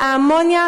האמוניה,